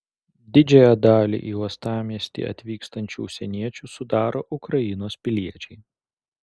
didžiąją dalį į uostamiestį atvykstančių užsieniečių sudaro ukrainos piliečiai